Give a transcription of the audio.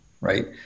right